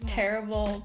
terrible